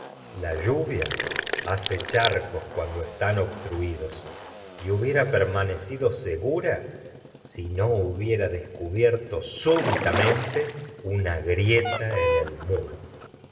la lluvia hace charcos cuando están obstruidos y hubiera permanecido segura si no hubiera descubierto súbitamente una grieta en el muro